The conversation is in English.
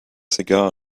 cigar